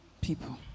people